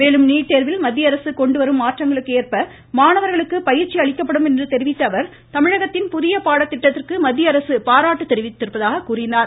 மேலும் நீட் தோ்வில் மத்திய அரசு கொண்டு வரும் மாற்றங்களுக்கு ஏற்ப மாணவர்களுக்கு பயிற்சி அளிக்கப்படும் என்று தெரிவித்த அவர் தமிழகத்தின் புதிய பாடத்திட்டத்திற்கு மத்திய அரசு பாராட்டு தெரிவித்துள்ளதாக கூறினார்